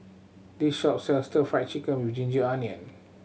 this shop sells Stir Fried Chicken with ginger onion